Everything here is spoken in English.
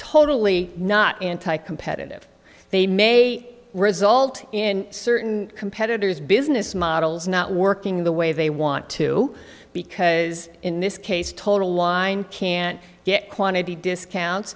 totally not anti competitive they may result in certain competitors business models not working the way they want to because in this case total line can't get quantity discounts